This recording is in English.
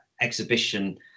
exhibition